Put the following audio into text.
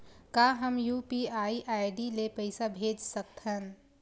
का हम UPI ID ले पईसा भेज सकथन?